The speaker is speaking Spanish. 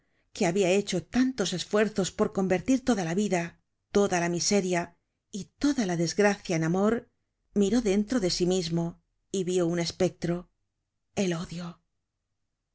que habia hecho tantos esfuerzos por convertir toda la vida toda la miseria y toda la desgracia en amor miró dentro de sí mismo y vió un espectro el odio